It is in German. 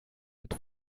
mit